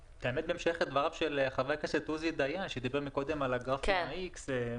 בהמשך לדבריו של חבר הכנסת עוזי דיין שדיבר קודם על הגרף עם האיקס,